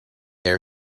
air